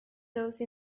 those